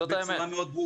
זו האמת.